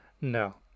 No